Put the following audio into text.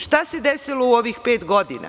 Šta se desilo u ovih pet godina?